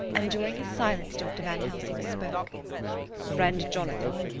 and during his silence dr. van helsing spoke friend jonathan,